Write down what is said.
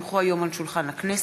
כי הונחו היום על שולחן הכנסת,